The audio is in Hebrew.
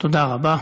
תודה רבה.